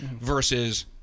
versus